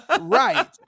right